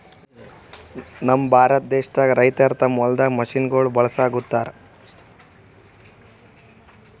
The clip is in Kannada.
ನಮ್ ಭಾರತ ದೇಶದಾಗ್ ರೈತರ್ ತಮ್ಮ್ ಹೊಲ್ದಾಗ್ ಮಷಿನಗೋಳ್ ಬಳಸುಗತ್ತರ್